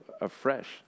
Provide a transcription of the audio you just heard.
afresh